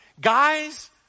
Guys